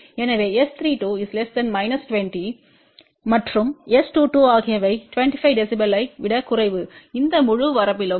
எனவே S32 20 மற்றும் S22 ஆகியவை25 dB ஐ விடக் குறைவு இந்த முழு வரம்பிலும்